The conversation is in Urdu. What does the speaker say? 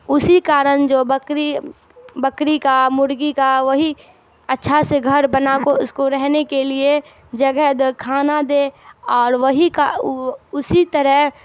اسی کارن جو بکری بکری کا مرغی کا وہی اچھا سے گھر بنا کو اس کو رہنے کے لیے جگہ دے کھانا دے اور وہی کا اسی طرح